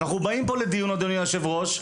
אנחנו באים פה לדיון אדוני יושב הראש,